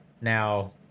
Now